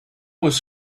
was